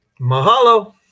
Mahalo